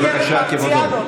בבקשה, כבודו.